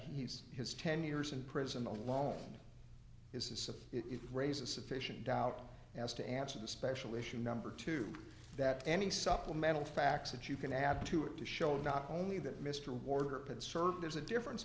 he's his ten years in prison alone is of it raises sufficient doubt as to answer the special issue number two that any supplemental facts that you can add to it to show not only that mr warder but served there's a difference